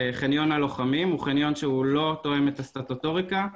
חניון הלוחמים הוא חניון שלא תואם את הסטטוטוריקה,